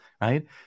Right